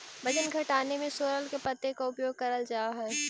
वजन घटाने में सोरल के पत्ते का उपयोग करल जा हई?